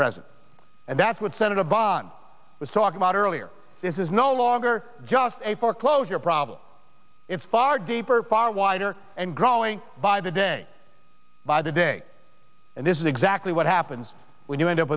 president and that's what senator bond was talking about earlier this is no longer just a foreclosure problem it's far deeper far wider and growing by the day by the day and this is exactly what happens when you end up